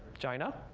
china.